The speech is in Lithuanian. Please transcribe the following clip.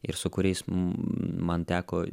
ir su kuriais man teko